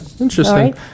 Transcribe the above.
interesting